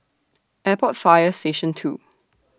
Airport Fire Station two